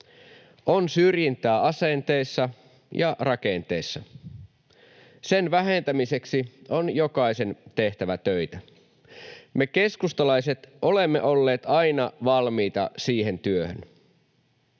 on syrjintää asenteissa ja rakenteissa. Sen vähentämiseksi on jokaisen tehtävä töitä. Me keskustalaiset olemme olleet aina valmiita siihen työhön